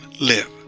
live